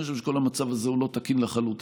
אני חושב שכל המצב הזה הוא לא תקין לחלוטין.